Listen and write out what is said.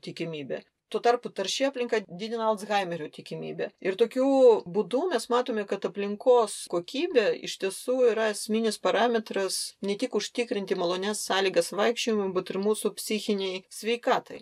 tikimybę tuo tarpu tarši aplinka didina alzhaimerio tikimybę ir tokiu būdu mes matome kad aplinkos kokybė iš tiesų yra esminis parametras ne tik užtikrinti malonias sąlygas vaikščiojimui but ir mūsų psichinei sveikatai